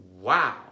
wow